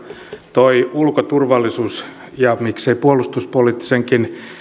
toi ulko turvallisuus ja miksei puolustuspoliittisenkin